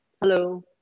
hello